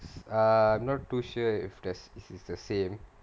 uh I'm not too sure if there's it is the same